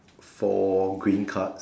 four green cards